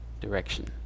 direction